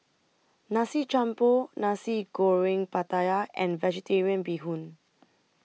Nasi Campur Nasi Goreng Pattaya and Vegetarian Bee Hoon